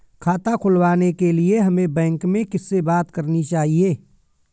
खाता खुलवाने के लिए हमें बैंक में किससे बात करनी चाहिए?